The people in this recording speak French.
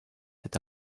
cet